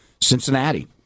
Cincinnati